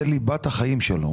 זה ליבת החיים שלו.